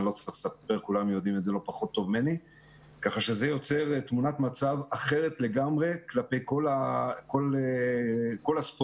זה יוצר תמונת מצב אחרת לגמרי כלפי כל הספורט.